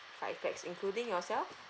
five pax including yourself